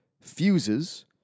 fuses